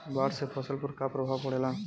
बाढ़ से फसल पर क्या प्रभाव पड़ेला?